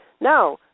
No